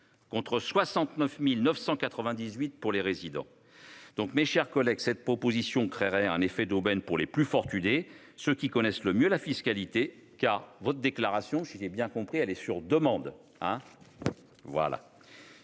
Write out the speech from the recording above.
contre 69 998 euros pour les résidents. Mes chers collègues, cette proposition de loi créerait un effet d'aubaine pour les plus fortunés, ceux qui connaissent le mieux la fiscalité- car votre déclaration, si j'ai bien compris, se ferait sur demande.